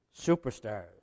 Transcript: superstars